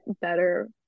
better